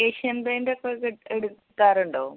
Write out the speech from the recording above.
Asian പെയിൻ്റോക്കെ ട്ട് എടുക്കാറുണ്ടോ